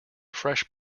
fresh